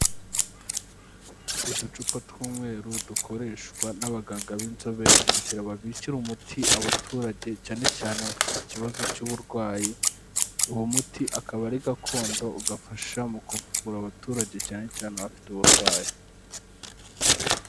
Uducupa tw'umweru dukoreshwa n'abaganga b'inzobere kugira babikire umuti abaturage cyane cyane bafite ikibazo cy'uburwayi, uwo muti akaba ari gakondo ugafasha mu kuvura abaturage cyane cyane abafite uburwayi.